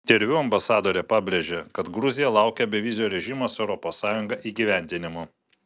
interviu ambasadorė pabrėžė kad gruzija laukia bevizio režimo su europos sąjunga įgyvendinimo